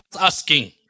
asking